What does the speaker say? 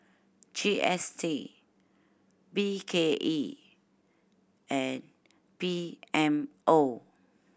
G S T B K E and P M O